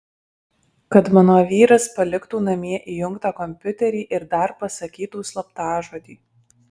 kad mano vyras paliktų namie įjungtą kompiuterį ir dar pasakytų slaptažodį